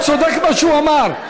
הוא צודק במה שהוא אמר.